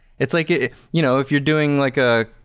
it's like you know, if you're doing like a